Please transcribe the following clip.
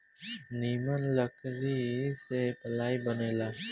निमन लकड़ी से पालाइ बनेला